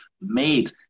made